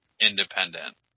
Independent